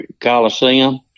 Coliseum